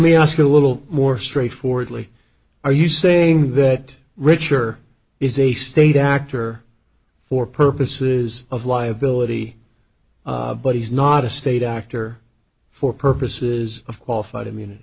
me ask you a little more straightforwardly are you saying that richer is a state actor for purposes of liability but he's not a state actor for purposes of qualified i